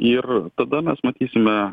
ir tada mes matysime